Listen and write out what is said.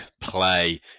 play